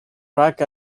track